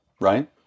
right